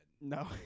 No